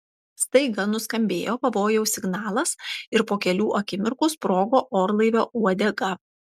staiga nuskambėjo pavojaus signalas ir po kelių akimirkų sprogo orlaivio uodega